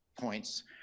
points